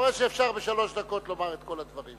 אתה רואה שאפשר בשלוש דקות לומר את כל הדברים.